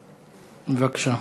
בבקשה.